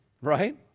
Right